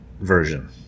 version